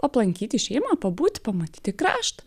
aplankyti šeimą pabūti pamatyti kraštą